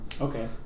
Okay